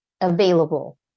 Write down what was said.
available